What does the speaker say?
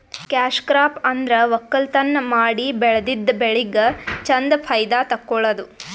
cash crop ಅಂದ್ರ ವಕ್ಕಲತನ್ ಮಾಡಿ ಬೆಳದಿದ್ದ್ ಬೆಳಿಗ್ ಚಂದ್ ಫೈದಾ ತಕ್ಕೊಳದು